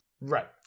Right